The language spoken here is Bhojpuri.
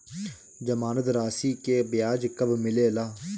जमानद राशी के ब्याज कब मिले ला?